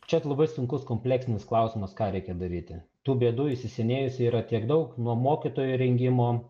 čia labai sunkus kompleksinis klausimas ką reikia daryti tų bėdų įsisenėjusių yra tiek daug nuo mokytojų rengimo